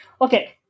Okay